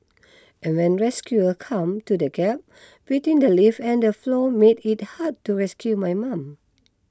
and when rescuers come to the gap between the lift and the floor made it hard to rescue my mum